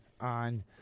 on